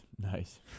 Nice